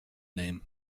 name